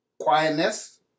quietness